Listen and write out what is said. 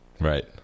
Right